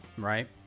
Right